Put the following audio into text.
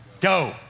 Go